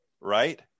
right